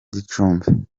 gicumbi